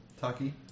Taki